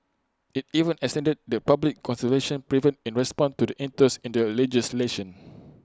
IT even extended the public consultation period in response to the interest in the legislation